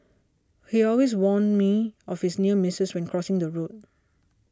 he always warn me of his near misses when crossing the road